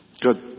Good